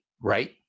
Right